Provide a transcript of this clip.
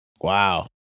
Wow